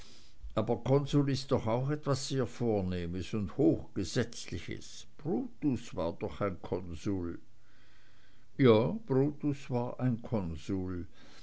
aber konsuln ist doch auch etwas sehr vornehmes und hochgesetzliches brutus war doch ein konsul ja brutus war ein konsul